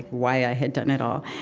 why i had done it all.